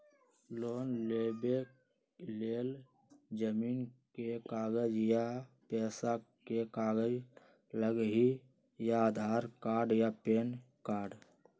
Loan लेवेके लेल जमीन के कागज या पेशा के कागज लगहई या आधार कार्ड या पेन कार्ड?